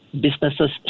businesses